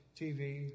TV